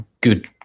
good